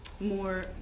more